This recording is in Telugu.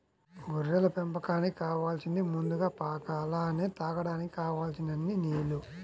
గొర్రెల పెంపకానికి కావాలసింది ముందుగా పాక అలానే తాగడానికి కావలసినన్ని నీల్లు